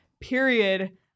period